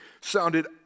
sounded